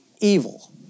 Evil